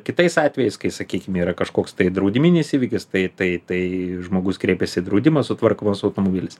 kitais atvejais kai sakykim yra kažkoks tai draudiminis įvykis tai tai tai žmogus kreipiasi į draudimą sutvarkomas automobilis